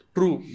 True